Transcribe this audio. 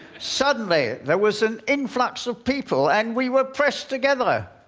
suddenly, there was an influx of people, and we were pressed together.